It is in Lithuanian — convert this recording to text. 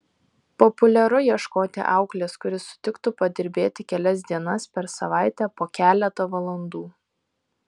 populiaru ieškoti auklės kuri sutiktų padirbėti kelias dienas per savaitę po keletą valandų